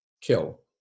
kill